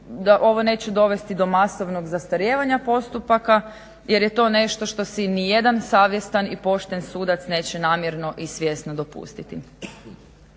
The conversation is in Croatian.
ovo neće dovesti do masovnog zastarijevanja postupaka jer je to nešto što si nijedan savjestan i pošten sudac neće namjerno i svjesno dopustiti.